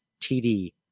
TD